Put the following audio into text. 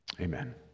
Amen